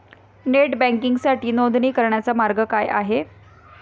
Net बँकिंगसाठी नोंदणी करण्याचा मार्ग काय आहे?